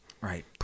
Right